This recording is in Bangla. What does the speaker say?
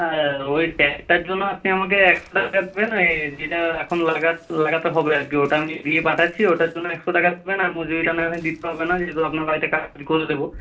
হ্যাঁ ওই ট্যাপটার জন্য আপনি আমাকে একশো দেবেন ওই যেটা এখন লাগাতে হবে আর কি ওটা আমি দিয়ে পাঠাচ্ছি ওটার জন্য একশো টাকা দেবেন আর মজুরিটা না হয় দিতে হবে না যেহেতু আপনার বাড়িতে কাজ করে দেবো